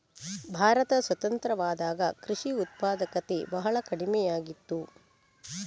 ಭಾರತ ಸ್ವತಂತ್ರವಾದಾಗ ಕೃಷಿ ಉತ್ಪಾದಕತೆ ಬಹಳ ಕಡಿಮೆಯಾಗಿತ್ತು